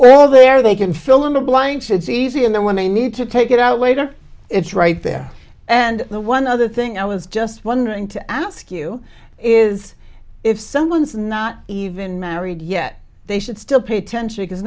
well they are they can fill in the blanks it's easy and then when they need to take it out later it's right there and the one other thing i was just wondering to ask you is if someone's not even married yet they should still pay attention because